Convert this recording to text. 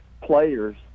players